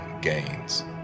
gains